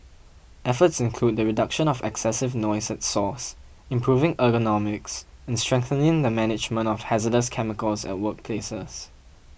efforts include the reduction of excessive noise at source improving ergonomics and strengthening the management of hazardous chemicals at workplaces